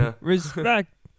respect